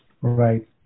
Right